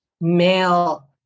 male